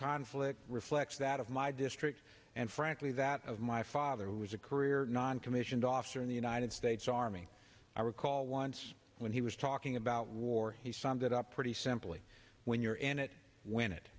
conflict reflects that of my district and frankly that of my father who was a career noncommissioned officer in the united states army i recall once when he was talking about war he summed it up pretty simply when you're in it when it